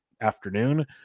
afternoon